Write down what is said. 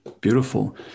Beautiful